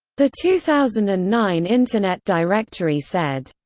the two thousand and nine internet directory said,